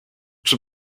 czy